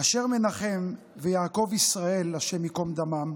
אשר מנחם ויעקב ישראל, השם ייקום דמם,